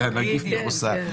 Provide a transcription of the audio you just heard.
זה הנגיף מחוסל.